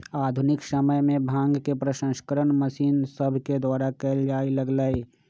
आधुनिक समय में भांग के प्रसंस्करण मशीन सभके द्वारा कएल जाय लगलइ